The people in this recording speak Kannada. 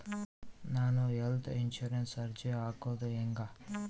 ನಾನು ಹೆಲ್ತ್ ಇನ್ಸುರೆನ್ಸಿಗೆ ಅರ್ಜಿ ಹಾಕದು ಹೆಂಗ?